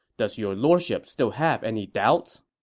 does your lordship still have any doubts?